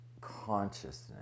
consciousness